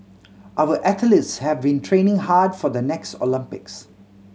our athletes have been training hard for the next Olympics